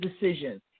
decisions